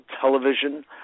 Television